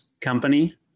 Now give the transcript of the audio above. company